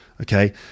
Okay